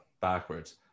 backwards